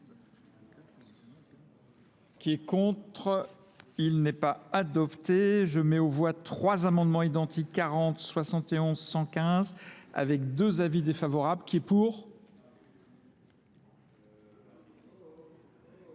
qui est contre, il n'est pas adopté. Je mets au voie trois amendements identiques 40, 71, 115, avec deux avis défavorables, qui est pour ?